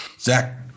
Zach